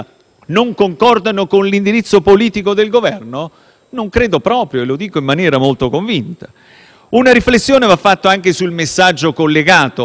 Una riflessione va fatta anche sul messaggio collegato a questo tipo di scelta, ovvero alla possibile decisione negativa sull'autorizzazione a procedere.